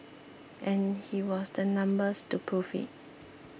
and he was the numbers to prove it